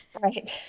right